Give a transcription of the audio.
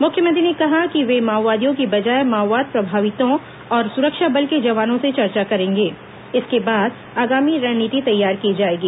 मुख्यमंत्री ने कहा कि वे माओवादियों की बजाए माओवाद प्रभावितों और सुरक्षा बल के जवानों से चर्चा करेंगे इसके बाद आगामी रणनीति तैयार की जाएगी